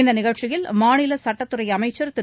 இந்த நிகழ்ச்சியில் மாநில சட்டத்துறை அமைச்சர் திரு